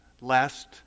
last